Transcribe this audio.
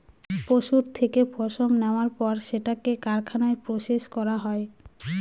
পশুর থেকে পশম নেওয়ার পর সেটাকে কারখানায় প্রসেস করা হয়